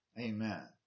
Amen